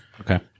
Okay